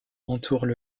entourent